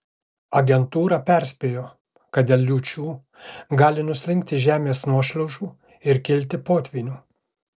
agentūra perspėjo kad dėl liūčių gali nuslinkti žemės nuošliaužų ir kilti potvynių